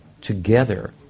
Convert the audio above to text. together